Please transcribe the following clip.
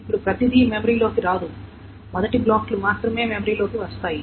ఇప్పుడు ప్రతిదీ మెమరీలోకి రాదు మొదటి బ్లాక్లు మాత్రమే మెమరీలోకి వస్తాయి